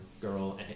girl